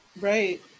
Right